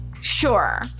Sure